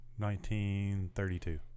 1932